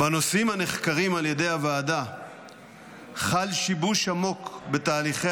"בנושאים הנחקרים על ידי הוועדה חל שיבוש עמוק בתהליכי